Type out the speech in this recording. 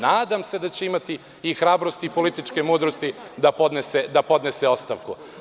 Nadam se da će imati i hrabrosti i političke mudrosti da podnese ostavku.